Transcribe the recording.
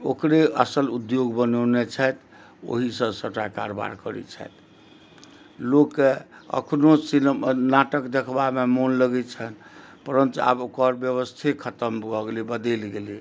ओकरे असल उद्योग बनेने छथि ओहिसँ सभटा कारबार करै छथि लोकके अखनो सिनेमा नाटक देखबामे मोन लगै छनि परन्तु आब ओकर व्यवस्थे खत्म भऽ गेलै बदलि गेलै